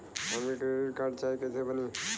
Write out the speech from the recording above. हमके credit card चाही कैसे बनी?